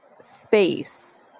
space